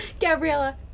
Gabriella